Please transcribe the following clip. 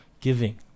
giving